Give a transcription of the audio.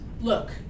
look